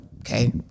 Okay